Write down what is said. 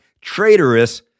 traitorous